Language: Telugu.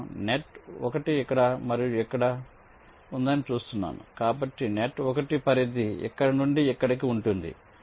నేను నెట్ 1 ఇక్కడ మరియు ఇక్కడ ఉందని చూస్తున్నాను కాబట్టి నెట్ 1 పరిధి ఇక్కడ నుండి ఇక్కడికి ఉంటుంది